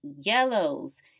yellows